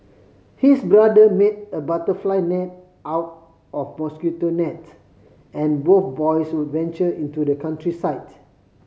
his brother made a butterfly net out of mosquito nets and both boys would venture into the countryside